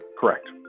Correct